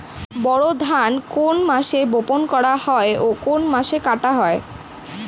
বোরো ধান কোন মাসে বপন করা হয় ও কোন মাসে কাটা হয়?